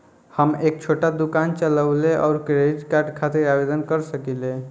हम एक छोटा दुकान चलवइले और क्रेडिट कार्ड खातिर आवेदन कर सकिले?